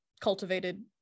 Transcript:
cultivated